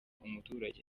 umuturage